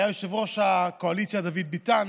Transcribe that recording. ויושב-ראש הקואליציה היה דוד ביטן,